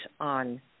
on